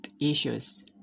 issues